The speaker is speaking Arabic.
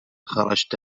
خرجت